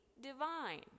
divine